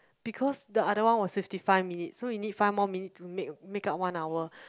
because the other one was fifty five minutes so you need five more minute to make make up one hour